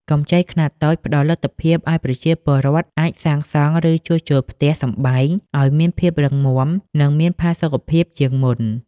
កម្ចីខ្នាតតូចផ្ដល់លទ្ធភាពឱ្យប្រជាពលរដ្ឋអាចសាងសង់ ឬជួសជុលផ្ទះសម្បែងឱ្យមានភាពរឹងមាំ និងមានផាសុកភាពជាងមុន។